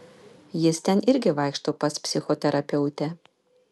jis ten irgi vaikšto pas psichoterapeutę